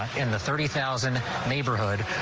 in the thirty thousand neighborhood.